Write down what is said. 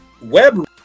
web